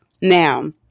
Now